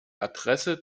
adresse